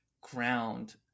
Ground